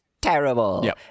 Terrible